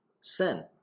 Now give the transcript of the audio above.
sin